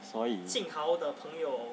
所以